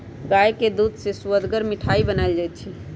गाय के दूध से सुअदगर मिठाइ बनाएल जाइ छइ